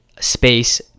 space